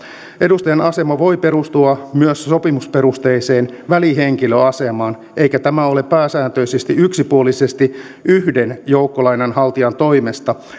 edustajan asema voi perustua myös sopimusperusteiseen välihenkilöasemaan eikä tämä ole pääsääntöisesti yksipuolisesti yhden joukkolainanhaltijan toimesta